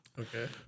Okay